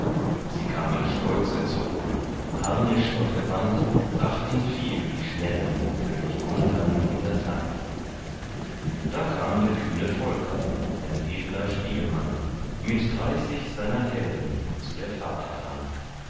sie kamen stolz gezogen harnisch und gewand brachten viel die schnellen könig gunthern in das land da kam der kühne volker ein edler spielmann mit dreißig seiner degen zu der fahrt heran